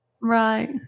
right